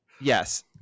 yes